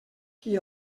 qui